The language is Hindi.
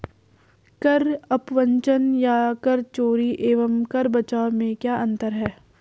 कर अपवंचन या कर चोरी एवं कर बचाव में क्या अंतर है?